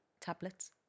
tablets